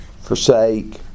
forsake